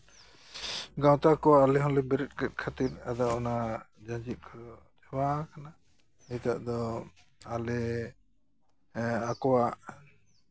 ᱜᱟᱶᱛᱟ ᱠᱚ ᱟᱞᱮ ᱦᱚᱸᱞᱮ ᱵᱮᱨᱮᱫ ᱠᱮᱫ ᱠᱷᱟᱹᱛᱤᱨ ᱟᱫᱚ ᱚᱱᱟ ᱡᱟᱸᱡᱤᱫ ᱠᱚ ᱪᱟᱵᱟ ᱟᱠᱟᱱᱟ ᱱᱤᱛᱚᱜ ᱫᱚ ᱟᱞᱮ ᱟᱠᱚᱣᱟᱜ